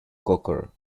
cocker